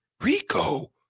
Rico